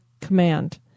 Command